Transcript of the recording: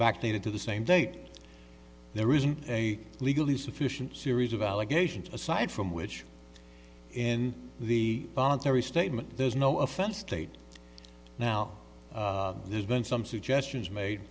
backed into the same date there isn't a legally sufficient series of allegations aside from which in the voluntary statement there's no offense state now there's been some suggestions made